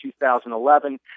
2011